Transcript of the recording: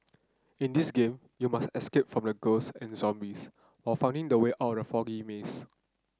in this game you must escape from ghosts and zombies while finding the way out of the foggy maze